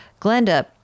Glenda